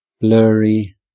blurry